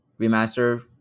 remaster